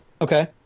okay